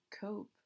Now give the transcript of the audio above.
cope